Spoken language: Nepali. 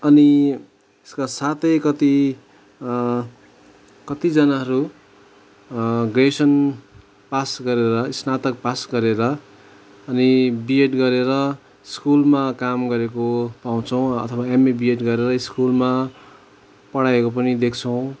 अनि त्यसका साथै कति कतिजनाहरू ग्रेजुएसन पास गरेर स्नातक पास गरेर अनि बिएड गरेर स्कुलमा काम गरेको पाउँछौँ अथवा एमए बिएड गरेर स्कुलमा पढाएको पनि देख्छौँ